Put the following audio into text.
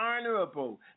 honorable